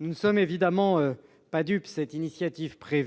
Nous ne sommes évidemment pas dupes : cette initiative prise